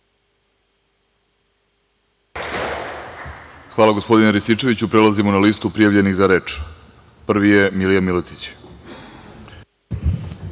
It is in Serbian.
Hvala, gospodine Rističeviću. Prelazimo na listu prijavljenih za reč. Reč ima Milija Miletić.